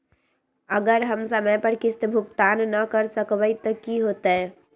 अगर हम समय पर किस्त भुकतान न कर सकवै त की होतै?